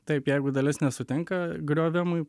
taip jeigu dalis nesutinka griovimui